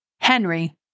Henry